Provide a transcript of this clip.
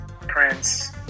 prince